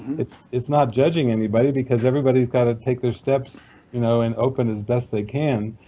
it's it's not judging anybody because everybody's got to take their steps you know and open as best they can.